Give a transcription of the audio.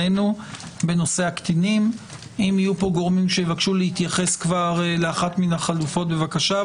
אם יהיו גורמים שיתבקשו להתייחס לאחת מהחלופות בבקשה.